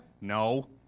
No